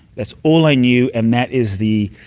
that's all i knew, and that is the